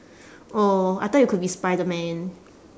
oh I thought you could be spiderman